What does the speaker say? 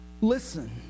listen